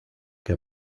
que